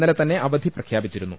ഇന്നലെത്തന്നെ അവധി പ്രഖ്യാപിച്ചിരുന്നു